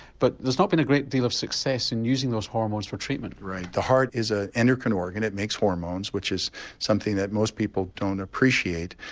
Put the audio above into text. but there's not been a great deal of success in using those hormones for treatment. right, the heart is an ah endocrine organ, it makes hormones which is something that most people don't appreciate,